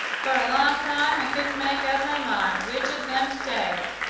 for a long time i couldn't make up my mind which of them to take,